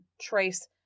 trace